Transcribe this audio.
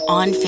on